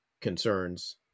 concerns